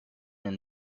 and